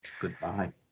goodbye